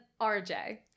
RJ